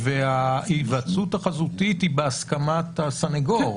וההיוועצות החזותית היא בהסכמת הסנגור.